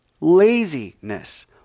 laziness